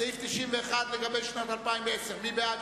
סעיף 91 לגבי שנת 2010, מי בעד?